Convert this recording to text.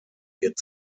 wird